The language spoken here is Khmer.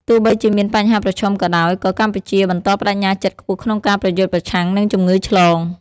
ទោះបីជាមានបញ្ហាប្រឈមក៏ដោយ ក៏កម្ពុជាបន្តប្តេជ្ញាចិត្តខ្ពស់ក្នុងការប្រយុទ្ធប្រឆាំងនឹងជំងឺឆ្លង។